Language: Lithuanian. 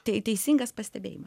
tai teisingas pastebėjimas